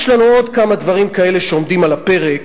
יש לנו עוד כמה דברים כאלה שעומדים על הפרק